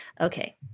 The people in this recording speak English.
Okay